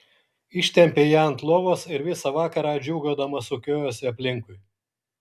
ištempė ją ant lovos ir visą vakarą džiūgaudama sukiojosi aplinkui